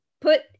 put